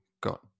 got